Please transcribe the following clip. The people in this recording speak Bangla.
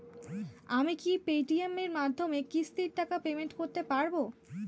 আমি কি পে টি.এম এর মাধ্যমে কিস্তির টাকা পেমেন্ট করতে পারব?